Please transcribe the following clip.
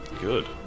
Good